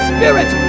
Spirit